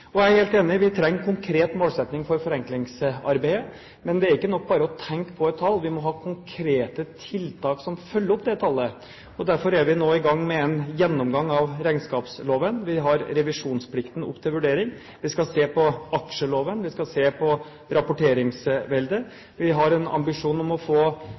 Jeg er helt enig i at vi trenger en konkret målsetting for forenklingsarbeidet. Men det er ikke nok bare å tenke på et tall. Vi må ha konkrete tiltak som følger opp tallet. Derfor er vi nå i gang med en gjennomgang av regnskapsloven. Vi har revisjonsplikten oppe til vurdering. Vi skal se på aksjeloven. Vi skal se på rapporteringsveldet. Vi har en ambisjon om å få